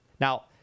Now